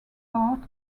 cart